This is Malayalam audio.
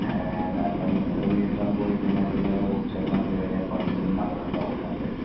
കാരണം മുന്നൂറ് മീറ്റർ അങ്ങ് പോയി കഴിഞ്ഞാൽ പിന്നെ റോഡ് സൈഡിൽ കയറിയാൽ പള്ളി മദ്രസ ഒക്കെ ഉണ്ട്